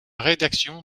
rédaction